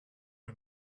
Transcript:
are